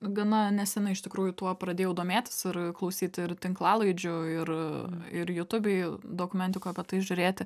gana nesenai iš tikrųjų tuo pradėjau domėtis ir klausyti ir tinklalaidžių ir ir jutubėj dokumentikų apie tai žiūrėti